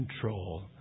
control